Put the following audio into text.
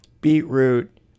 beetroot